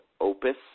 OPUS